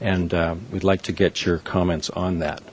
and we'd like to get your comments on that